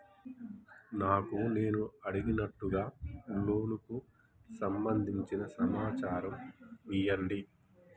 నాకు నేను అడిగినట్టుగా లోనుకు సంబందించిన సమాచారం ఇయ్యండి?